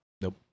Nope